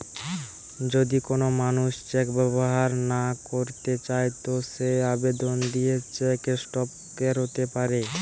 যদি কোন মানুষ চেক ব্যবহার না কইরতে চায় তো সে আবেদন দিয়ে চেক স্টপ ক্যরতে পারে